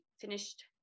finished